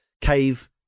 Cave